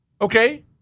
Okay